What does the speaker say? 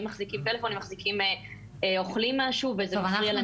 אם מחזיקים טלפון או שאוכלים משהו וזה משפיע על הנהיגה,